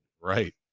Right